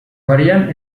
varien